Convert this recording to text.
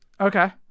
Okay